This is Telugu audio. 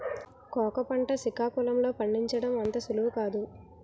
కోకా పంట సికాకుళం లో పండించడం అంత సులువు కాదు